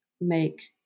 make